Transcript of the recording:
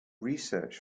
research